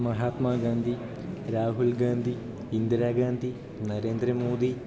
Mahatma Gandhi Rahul Gandhi Indira Gandhi Narendra Modi